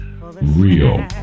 Real